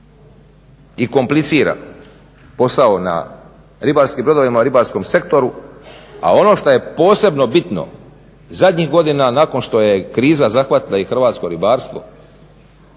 i komplicira posao na ribarskim brodovima, ribarskom sektoru a ono što je posebno bitno zadnjih godina nakon što je kriza zahvatila i hrvatsko ribarstvo